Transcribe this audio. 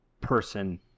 person